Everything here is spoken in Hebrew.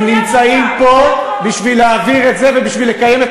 הם נמצאים פה להעביר את זה ולקיים את